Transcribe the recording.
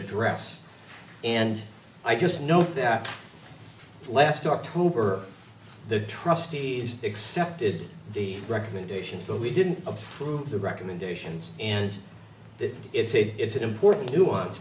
address and i just note that last october the trustees accepted the recommendations but we didn't approve the recommendations and that it's an important n